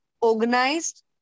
organized